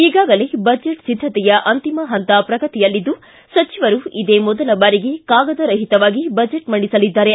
ಈಗಾಗಲೇ ಬಜೆಟ್ ಸಿದ್ದತೆಯ ಅಂತಿಮ ಪಂತ ಪ್ರಗತಿಯಲ್ಲಿದ್ದು ಸಚಿವರು ಇದೇ ಮೊದಲ ಬಾರಿಗೆ ಕಾಗದರಹಿತವಾಗಿ ಬಜೆಟ್ ಮಂಡಿಸಲಿದ್ದಾರೆ